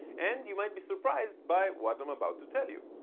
and you might be surprised by what i'm about to tell you.